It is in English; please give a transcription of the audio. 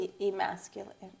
Emasculate